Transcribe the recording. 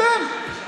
אתם.